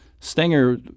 Stenger